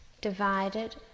divided